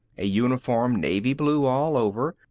a uniform navy-blue all over,